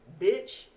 bitch